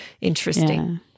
interesting